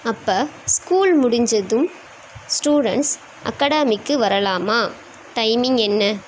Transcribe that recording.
அப்போ ஸ்கூல் முடிஞ்சதும் ஸ்டூடண்ட்ஸ் அகாடமிக்கு வரலாமா டைமிங் என்ன